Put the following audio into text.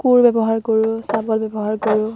কোৰ ব্যৱহাৰ কৰোঁ চাবুল ব্যৱহাৰ কৰোঁ